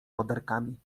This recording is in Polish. podarkami